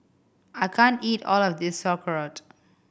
I can't eat all of this Sauerkraut